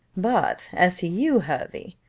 but as to you, hervey,